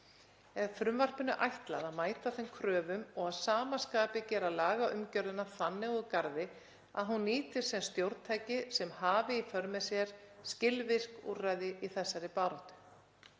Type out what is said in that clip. Er frumvarpinu ætlað að mæta þeim kröfum og að sama skapi gera lagaumgjörðina þannig úr garði að hún nýtist sem stjórntæki sem hafi í för með sér skilvirk úrræði í þessari baráttu.